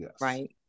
right